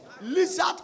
lizard